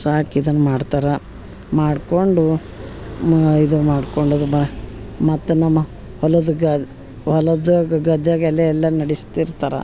ಸಾಕಿದನ್ನು ಮಾಡ್ತರೆ ಮಾಡ್ಕೊಂಡು ಮ ಇದು ಮಾಡ್ಕೊಂಡು ಅದು ಬಾ ಮತ್ತು ನಮ ಹೊಲದಗ ಹೊಲದಾಗ ಗದ್ಯಾಗಲ ಎಲ್ಲ ನಡಿಸ್ತಿರ್ತ್ಯಾರೆ